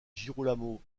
girolamo